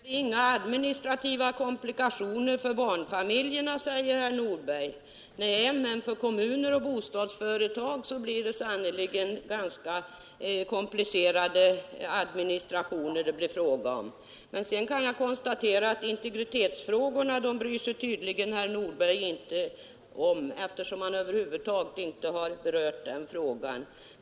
Herr talman! Det blir inga administrativa komplikationer för barnfamiljerna, säger herr Nordberg. Nej, men för kommuner och bostadsföretag blir det sannerligen fråga om ganska komplicerade administrationer. Jag kan konstatera att integritetsfrågorna bryr sig tydligen herr Nordberg inte om, eftersom han över huvud taget inte har berört den saken.